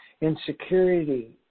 insecurity